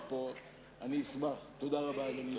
בבקשה, אדוני.